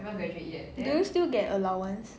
do you still get allowance